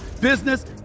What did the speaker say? business